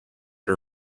her